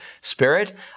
spirit